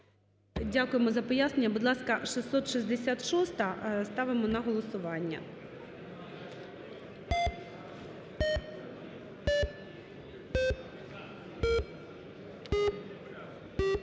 Дякуємо за пояснення. Будь ласка, 666-а, ставимо на голосування.